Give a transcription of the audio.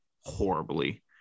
horribly